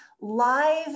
live